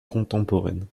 contemporaine